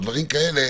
או דברים כאלה,